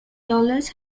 dollars